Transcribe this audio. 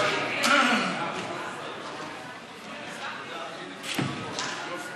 חוק הגנת הצרכן (תיקון מס'